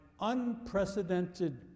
unprecedented